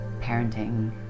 parenting